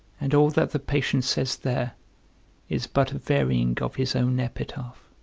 and all that the patient says there is but a varying of his own epitaph.